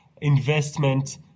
investment